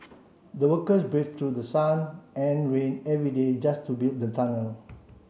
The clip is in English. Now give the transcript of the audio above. the workers braved through sun and rain every day just to build the tunnel